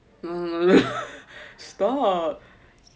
no no no stop